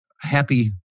happy